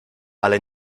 ale